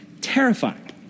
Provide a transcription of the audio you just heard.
terrifying